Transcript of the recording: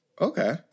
Okay